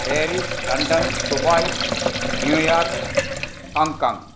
Paris London Dubai New York Hong Kong